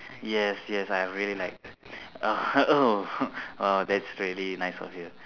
yes yes I have already liked oh that's really nice of you